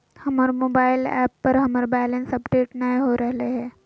हमर mobile app पर हमर बैलेंस अपडेट नय हो रहलय हें